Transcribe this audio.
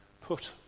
Put